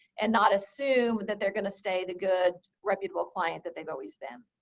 and not assume that they're going to stay that good, reputable client that they've always been.